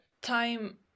Time